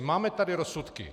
Máme tady rozsudky.